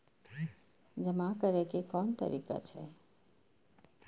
जमा करै के कोन तरीका छै?